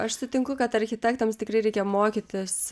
aš sutinku kad architektams tikrai reikia mokytis